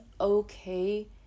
okay